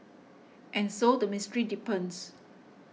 and so the mystery deepens